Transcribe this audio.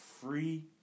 free